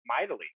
mightily